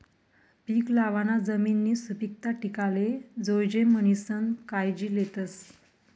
पीक लावाना जमिननी सुपीकता टिकाले जोयजे म्हणीसन कायजी लेतस